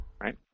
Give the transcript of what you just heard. right